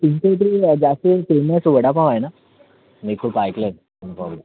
तुमच्या इथे जास्त फेमस वडापाव आहे ना मी खूप ऐकलं आहे